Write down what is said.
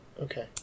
Okay